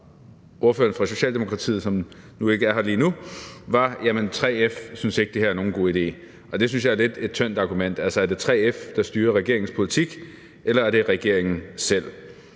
ordføreren for Socialdemokratiet, som ikke er her lige nu, var, at 3F ikke synes, at det her er nogen god idé. Og det synes jeg er et lidt tyndt argument – altså, er det 3F, der styrer regeringens politik, eller er det regeringen selv?